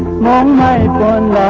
one nine one